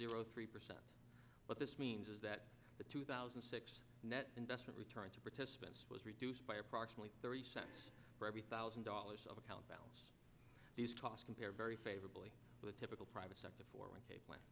zero three percent what this means is that the two thousand and six net investment return to participants was reduced by approximately thirty cents for every thousand dollars of account balance these costs compare very favorably with a typical private sector for one